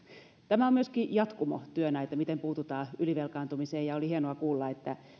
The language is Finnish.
tämä on myöskin jatkumo työlle miten miten puututaan ylivelkaantumiseen ja oli hienoa kuulla että